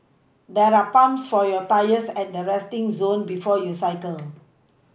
there are pumps for your tyres at the resting zone before you cycle